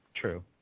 true